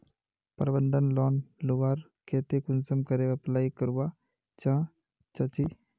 प्रबंधन लोन लुबार केते कुंसम करे अप्लाई करवा चाँ चची?